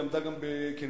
היא עמדה גם כנשיאה,